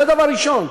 זה דבר ראשון,